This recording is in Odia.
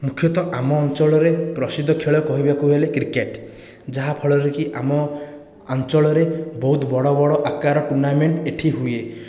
ମୁଖ୍ୟତଃ ଆମ ଅଞ୍ଚଳରେ ପ୍ରସିଦ୍ଧ ଖେଳ କହିବାକୁ ଗଲେ କ୍ରିକେଟ ଯାହା ଫଳରେ କି ଆମ ଅଞ୍ଚଳରେ ବହୁତ ବଡ଼ ବଡ଼ ଆକାର ଟୁର୍ଣ୍ଣାମେଣ୍ଟ ଏଠି ହୁଏ